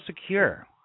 secure